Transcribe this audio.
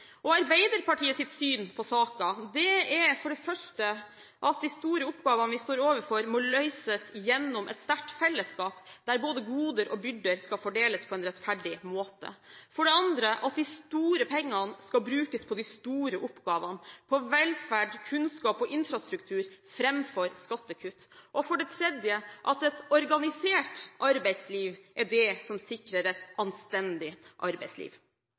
syn på saken er for det første at de store oppgavene vi står overfor, må løses gjennom et sterkt fellesskap, der både goder og byrder skal fordeles på en rettferdig måte, for det andre at de store pengene skal brukes på de store oppgavene, på velferd, kunnskap og infrastruktur, framfor skattekutt, og for det tredje at et organisert arbeidsliv er det som sikrer et anstendig arbeidsliv.